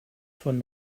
von